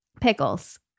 Pickles